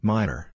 Minor